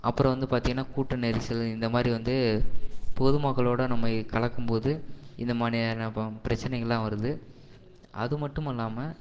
அப்புறம் வந்து பார்த்தீங்கன்னா கூட்டம் நெரிசல் இந்த மாதிரி வந்து பொதுமக்களோடு நம்ம கலக்கும்போது இந்த மாதிரியான பிரச்சனைகள்லாம் வருது அது மட்டும் அல்லாமல்